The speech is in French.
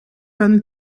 van